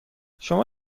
شما